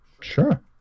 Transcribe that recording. Sure